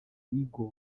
igor